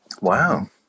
Wow